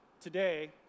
Today